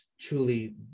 truly